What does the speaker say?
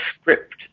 script